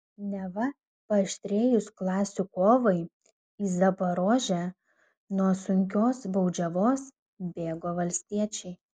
neva paaštrėjus klasių kovai į zaporožę nuo sunkios baudžiavos bėgo valstiečiai